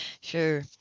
Sure